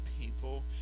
people